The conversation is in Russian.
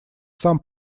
сам